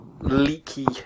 Leaky